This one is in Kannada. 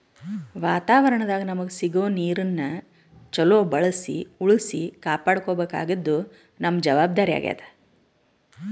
ವಾತಾವರಣದಾಗ್ ನಮಗ್ ಸಿಗೋ ನೀರನ್ನ ಚೊಲೋ ಬಳ್ಸಿ ಉಳ್ಸಿ ಕಾಪಾಡ್ಕೋಬೇಕಾದ್ದು ನಮ್ಮ್ ಜವಾಬ್ದಾರಿ ಆಗ್ಯಾದ್